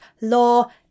law